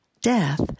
death